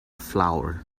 flower